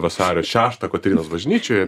vasario šeštą kotrynos bažnyčioj